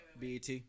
BET